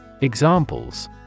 Examples